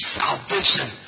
salvation